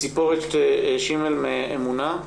צפורת שימל מאמונה.